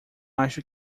acho